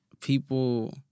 people